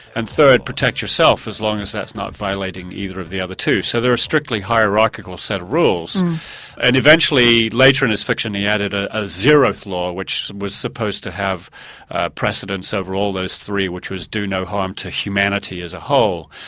and third, protect yourself as long as that's not violating either of the other two. so they are a strictly hierarchical set of rules and eventually later in his fiction he added ah a zero flaw which was supposed to have precedence over all those three which was do no harm to humanity as a whole.